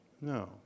No